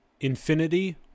infinity